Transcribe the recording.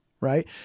right